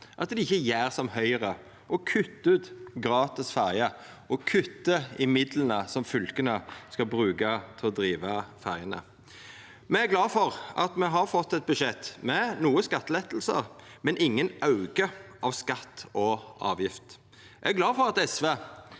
at dei ikkje gjer som Høgre og kuttar ut gratis ferje og kuttar i midlane som fylka skal bruka til å driva ferjene. Eg er glad for at me har fått eit budsjett med nokre skattelettar, men ingen auke av skatt og avgift. Eg er glad for at SV